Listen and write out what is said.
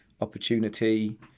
Opportunity